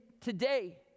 today